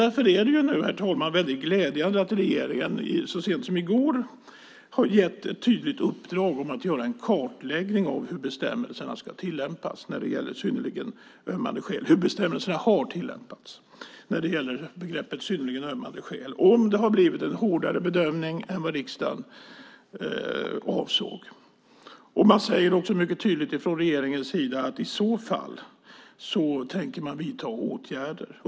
Därför är det väldigt glädjande att regeringen så sent som i går har gett ett tydligt uppdrag om att göra en kartläggning av hur bestämmelserna har tillämpats när det gäller begreppet "synnerligen ömmande skäl". Det ska kartläggas om det har blivit en hårdare bedömning än vad riksdagen avsåg. Regeringen säger också mycket tydligt att i så fall tänker man vidta åtgärder.